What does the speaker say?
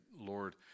Lord